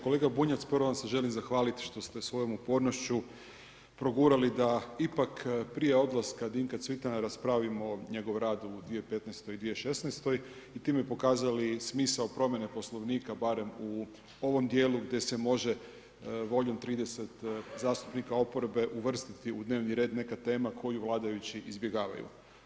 Kolega Bunjac, prvo vam se želim zahvaliti što ste svojom upornošću progurali da, ipak prije odlaska Dinka Cvitana, raspravimo njegov rad u 2015. i 2016. i time pokazali smisao promijene poslovnika, barem u ovom dijelu, gdje se može voljom 30 zastupnika oporbe uvrstiti u dnevni red neka tema koju vladajući izbjegavaju.